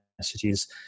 messages